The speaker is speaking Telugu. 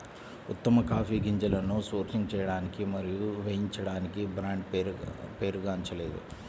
ఉత్తమ కాఫీ గింజలను సోర్సింగ్ చేయడానికి మరియు వేయించడానికి బ్రాండ్ పేరుగాంచలేదు